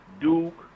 Duke